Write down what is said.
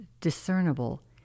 discernible